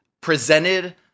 presented